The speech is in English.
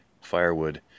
firewood